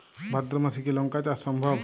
ভাদ্র মাসে কি লঙ্কা চাষ সম্ভব?